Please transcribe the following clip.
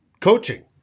coaching